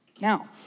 Now